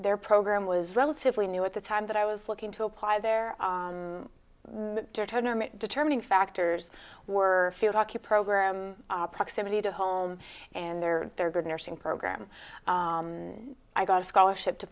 their program was relatively new at the time that i was looking to apply their determining factors were field hockey program proximity to home and there their good nursing program and i got a scholarship to